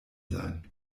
sein